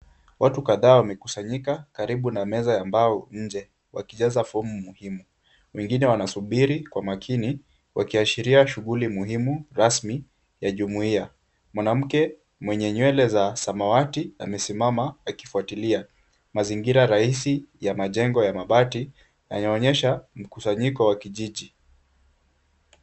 Watu kadhaa wamekusanyika karibu na meza ya mbao nje, wakijaza fomu muhimu. Wengine wanasuburi kwa makini wakiashiria shughuli muhimu rasmi ya Jumuiya. Mwanamke mwenye nywele za samawati, amesimama akifwatilia, mazingira rahisi ya majengo ya mabati. Yanaonyesha mkusanyiko wa kijiji.